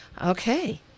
Okay